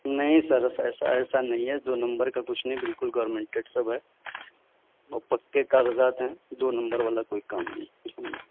نہیں سر ایسا نہیں ہے دو نمبر کا کچھ نہیں بالکل گورمنٹڈ سب ہے اور پکے کاغذات ہیں دو نمبر والا کوئی کام نہیں ہوں